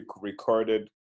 recorded